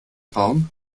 raum